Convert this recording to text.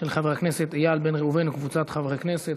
של חבר הכנסת איל בן ראובן וקבוצת חברי כנסת.